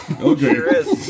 Okay